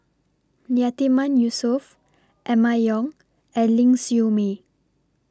Yatiman Yusof Emma Yong and Ling Siew May